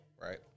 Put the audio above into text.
right